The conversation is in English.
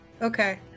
Okay